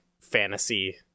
fantasy